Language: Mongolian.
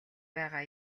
байгаа